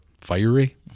fiery